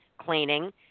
cleaning